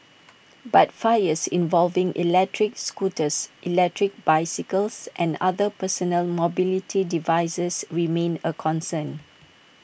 but fires involving electric scooters electric bicycles and other personal mobility devices remain A concern